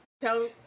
tell